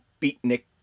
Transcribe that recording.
beatnik